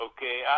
Okay